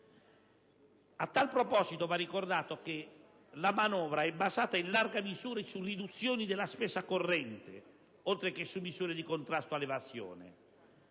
A tale proposito, va ricordato che la manovra è basata in larga misura su riduzioni della spesa corrente oltre che su misure di contrasto all'evasione.